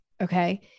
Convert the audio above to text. Okay